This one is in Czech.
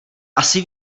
asi